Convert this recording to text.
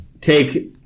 take